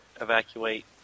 evacuate